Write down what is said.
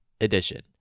edition